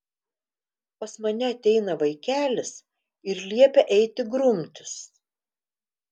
pas mane ateina vaikelis ir liepia eiti grumtis